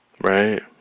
Right